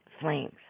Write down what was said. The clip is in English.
flames